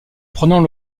prenant